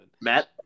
Matt